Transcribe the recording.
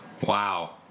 Wow